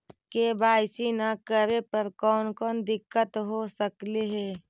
KYC न करे पर कौन कौन दिक्कत हो सकले हे?